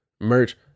merch